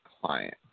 client